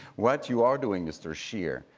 what you are doing, mr. scheer,